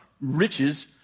riches